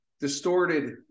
distorted